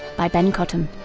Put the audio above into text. by ben cottam.